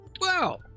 Wow